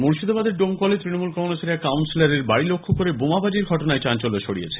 মুর্শিদাবাদের ডোমকলে তৃণমূল কংগ্রেসের এক কাউন্সিলরের বাড়ি লক্ষ্য করে বোমাবাজির ঘটনায় চাঞ্চল্য ছড়িয়েছে